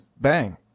bang